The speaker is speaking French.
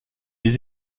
les